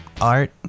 art